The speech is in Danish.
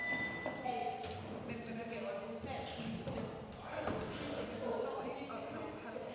Tak